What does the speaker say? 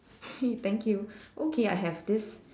!hey! thank you okay I have this